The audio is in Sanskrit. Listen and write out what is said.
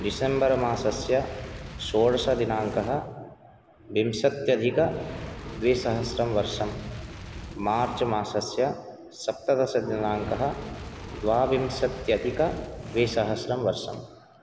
डिसेम्बर मासस्य षोडश दिनाङ्कः विंशत्यधिक द्विसहस्रं वर्षं मार्च् मासस्य सप्तदश दिनाङ्कः द्वाविंशत्यधिक द्विसहस्रं वर्षं